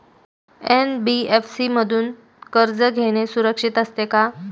NBFC मधून कर्ज घेणे सुरक्षित असते का?